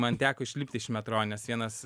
man teko išlipt iš metro nes vienas